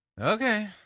Okay